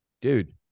dude